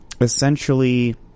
essentially